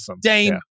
Dame